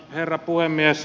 herra puhemies